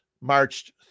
marched